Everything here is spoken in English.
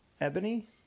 ebony